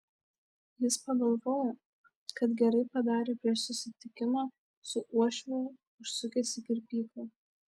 jis pagalvojo kad gerai padarė prieš susitikimą su uošviu užsukęs į kirpyklą